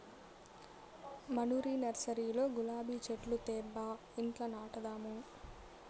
మనూరి నర్సరీలో గులాబీ చెట్లు తేబ్బా ఇంట్ల నాటదాము